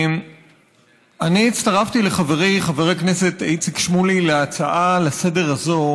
אני הצטרפתי לחברי חבר הכנסת איציק שמולי להצעה לסדר-היום הזאת